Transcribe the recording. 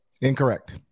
incorrect